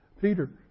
Peter